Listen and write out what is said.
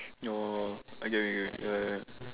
ya lor okay okay ya ya ya